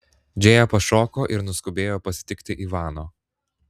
džėja pašoko ir nuskubėjo pasitikti ivano